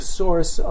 source